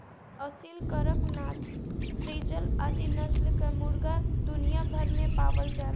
Aseel, Kadaknath, frizzle आदि नस्ल कअ मुर्गा दुनिया भर में पावल जालन